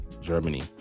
germany